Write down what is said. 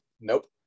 nope